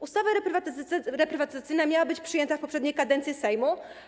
Ustawa reprywatyzacyjna miała być przyjęta w poprzedniej kadencji Sejmu.